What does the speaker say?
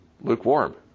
lukewarm